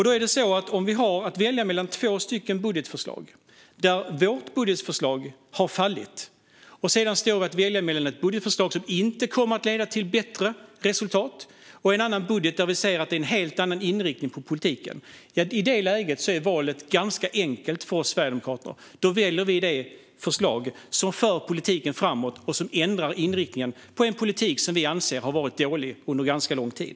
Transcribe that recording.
Då är det så att om vi när vårt eget budgetförslag har fallit har att välja mellan två budgetförslag där det ena förslaget inte kommer att leda till bättre resultat och det andra har en helt annan inriktning på politiken, då är valet i det läget ganska enkelt för oss sverigedemokrater. Då väljer vi det förslag som för politiken framåt och som ändrar inriktningen på en politik som vi anser har varit dålig under ganska lång tid.